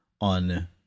on